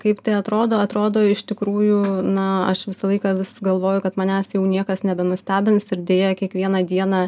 kaip tai atrodo atrodo iš tikrųjų na aš visą laiką vis galvoju kad manęs jau niekas nebenustebins ir deja kiekvieną dieną